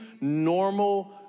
normal